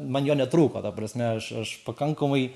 man jo netrūko ta prasme aš aš pakankamai